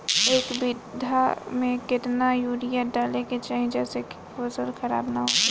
एक बीघा में केतना यूरिया डाले के चाहि जेसे फसल खराब ना होख?